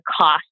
cost